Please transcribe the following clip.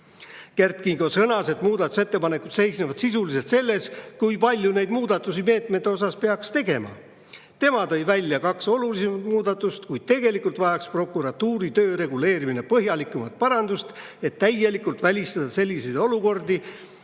Kert Kingo sõnas, et muudatusettepanekud seisnevad sisuliselt selles, kui palju neid muudatusi meetmete osas peaks tegema. Tema tõi välja kaks olulisemat muudatust, kuid tegelikult vajaks prokuratuuri töö reguleerimine põhjalikumat parandust, et täielikult välistada selliseid olukordi,